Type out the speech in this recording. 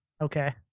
Okay